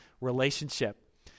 relationship